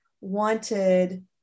wanted